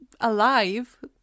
alive